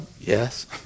Yes